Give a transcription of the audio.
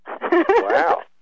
Wow